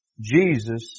Jesus